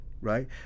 right